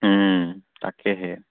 তাকেহে